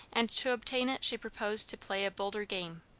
and to obtain it she proposed to play a bolder game.